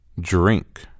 Drink